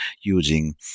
using